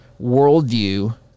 worldview